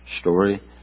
story